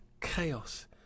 chaos